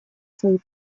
свою